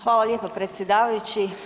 Hvala lijepo predsjedavajući.